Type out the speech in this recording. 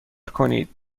کنید